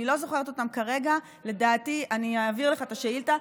אני לא זוכרת אותם כרגע, אני אעביר לך את השאילתה.